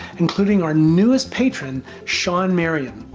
including our newest patron, sean marien!